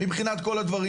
מבחינת כל הדברים.